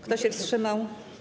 Kto się wstrzymał?